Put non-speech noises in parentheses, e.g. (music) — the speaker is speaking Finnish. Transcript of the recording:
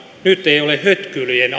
nyt ei ole hötkyilyn (unintelligible)